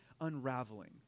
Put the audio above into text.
unraveling